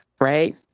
right